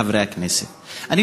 עמדה נוספת, של חבר הכנסת מסעוד